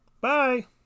bye